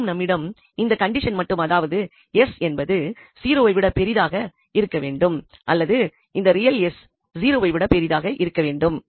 மேலும் நம்மிடம் இந்த கண்டிஷன் மட்டும் அதாவது 𝑠 என்பது 0 வை விட பெரிதாக வேண்டும்இருக்கவேண்டும் அல்லது இந்த ரியல் 𝑠 0 வை விட பெரிதாக இருக்கவேண்டும்